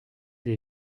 des